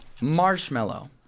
Marshmallow